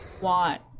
want